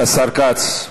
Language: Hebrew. השר כץ,